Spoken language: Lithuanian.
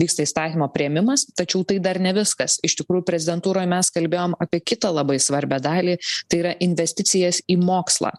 vyksta įstatymo priėmimas tačiau tai dar ne viskas iš tikrųjų prezidentūroj mes kalbėjom apie kitą labai svarbią dalį tai yra investicijas į mokslą